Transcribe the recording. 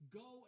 go